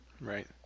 Right